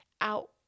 out